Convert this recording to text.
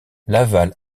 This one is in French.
laval